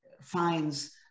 finds